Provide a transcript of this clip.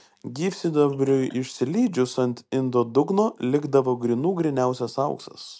gyvsidabriui išsilydžius ant indo dugno likdavo grynų gryniausias auksas